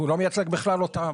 והוא לא מייצג בכלל אותם.